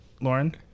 Lauren